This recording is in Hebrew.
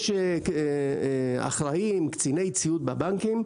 יש אחראים, קציני ציות בבנקים,